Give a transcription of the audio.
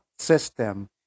System